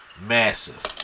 massive